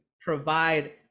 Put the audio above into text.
provide